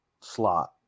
slot